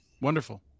Wonderful